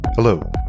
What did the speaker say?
Hello